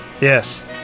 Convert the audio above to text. Yes